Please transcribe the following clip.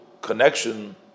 connection